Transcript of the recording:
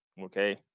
Okay